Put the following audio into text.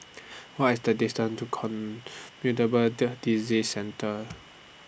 What IS The distance to Communicable The Disease Centre